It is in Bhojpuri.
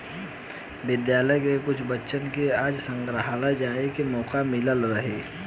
विद्यालय के कुछ बच्चन के आज संग्रहालय जाए के मोका मिलल रहे